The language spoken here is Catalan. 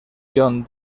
john